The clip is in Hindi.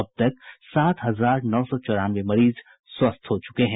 अब तक सात हजार नौ सौ चौरानवे मरीज स्वस्थ हो चुके हैं